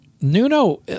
nuno